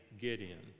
Gideon